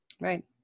Right